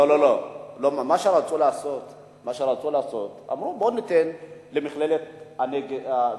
לא, מה שרצו לעשות, אמרו: בוא ניתן למכללת "ספיר",